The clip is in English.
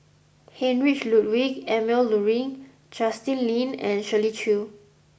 Heinrich Ludwig Emil Luering Justin Lean and Shirley Chew